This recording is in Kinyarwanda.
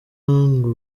ngo